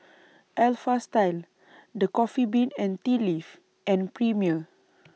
Alpha Style The Coffee Bean and Tea Leaf and Premier